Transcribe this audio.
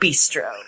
Bistro